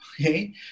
okay